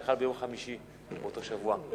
שחל ביום חמישי באותו שבוע.